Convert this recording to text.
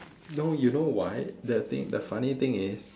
no you know why the thing the funny thing is